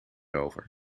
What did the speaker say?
over